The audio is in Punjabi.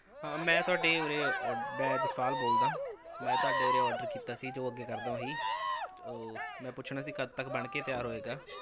ਮੈਂ ਤੁਹਾਡੇ ਉਰੇ ਔਡ ਮੈਂ ਜਸਪਾਲ ਬੋਲਦਾ ਮੈਂ ਤੁਹਾਡੇ ਉਰੇ ਆਰਡਰ ਕੀਤਾ ਸੀ ਜੋ ਅੱਗੇ ਕਰਦਾ ਉਹੀ ਉਹ ਮੈਂ ਪੁੱਛਣਾ ਸੀ ਕੱਦ ਤੱਕ ਬਣ ਕੇ ਤਿਆਰ ਹੋਏਗਾ